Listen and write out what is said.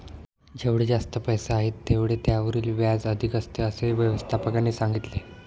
जेवढे जास्त पैसे आहेत, तेवढे त्यावरील व्याज अधिक असते, असे व्यवस्थापकाने सांगितले